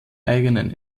eigenen